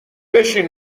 بشین